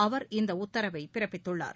அவர் இந்தஉத்தரவைபிறப்பித்துள்ளார்